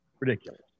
ridiculous